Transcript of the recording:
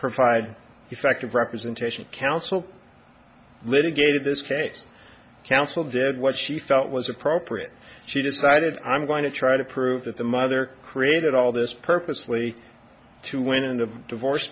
provide effective representation counsel litigated this case counsel did what she felt was appropriate she decided i'm going to try to prove that the mother created all this purposely to win in a divorce